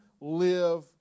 live